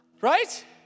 right